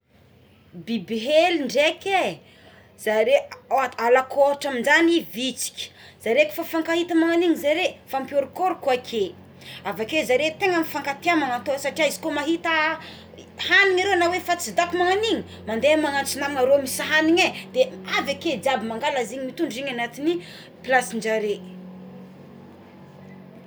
Biby hely ndraiky e zare alako ohatry amizany vitsika zaré ko refa mifankahita magnagno igny zare mifampiorokoroka ake avaké zaré tegna mifankatia magna tô satria izy koa mahita hagnigny reo na hoe fatsidako magnan'igny mande magnantso namagna arô misy hagniny e de avy ake izy jiaby mitondra zigny agnaty plasinjare.